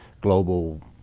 global